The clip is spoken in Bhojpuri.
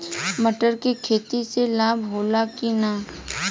मटर के खेती से लाभ होला कि न?